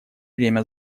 время